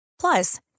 Plus